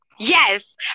Yes